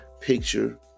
picture